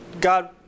God